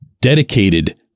dedicated